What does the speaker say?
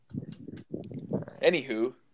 Anywho